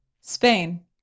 Spain